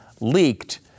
leaked